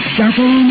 double